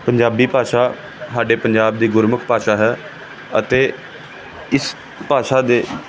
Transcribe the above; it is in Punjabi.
ਪੰਜਾਬੀ ਭਾਸ਼ਾ ਸਾਡੇ ਪੰਜਾਬ ਦੀ ਗੁਰਮੁੱਖ ਭਾਸ਼ਾ ਹੈ ਅਤੇ ਇਸ ਭਾਸ਼ਾ ਦੇ